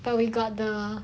but we got the